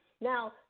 Now